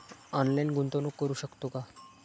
Online गुंतवणूक करू शकतो का?